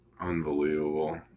Unbelievable